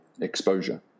exposure